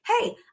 hey